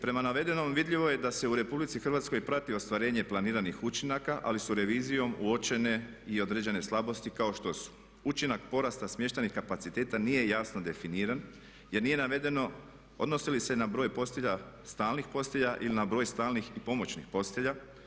Prema navedenom vidljivo je da se u Republici Hrvatskoj prati ostvarenje planiranih učinaka, ali su revizijom uočene i određene slabosti kao što su učinak porasta smještajnih kapaciteta nije jasno definiran, jer nije navedeno odnosi li se na broj postelja, stalnih postelja ili na broj stalnih i pomoćnih postelja.